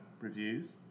reviews